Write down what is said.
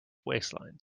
waistline